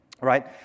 right